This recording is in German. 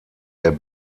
der